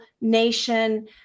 nation